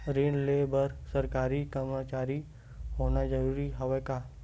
ऋण ले बर सरकारी कर्मचारी होना जरूरी हवय का?